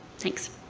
thanks.